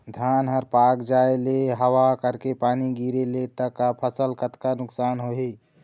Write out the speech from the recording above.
धान हर पाक जाय ले हवा करके पानी गिरे ले त फसल ला कतका नुकसान होही?